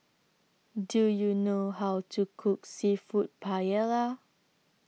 Do YOU know How to Cook Seafood Paella